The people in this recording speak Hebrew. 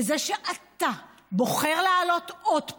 וזה שאתה בוחר לעלות עוד פעם,